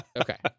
Okay